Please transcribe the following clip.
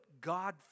God